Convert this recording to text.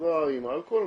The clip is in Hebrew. עם אלכוהול,